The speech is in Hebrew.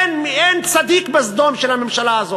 אין צדיק בסדום של הממשלה הזאת,